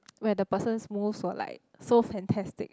where the person's moves were like so fantastic